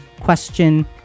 question